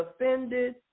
offended